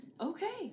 Okay